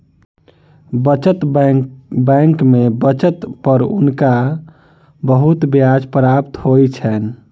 बचत बैंक में बचत पर हुनका बहुत ब्याज प्राप्त होइ छैन